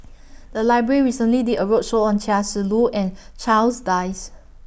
The Library recently did A roadshow on Chia Shi Lu and Charles Dyce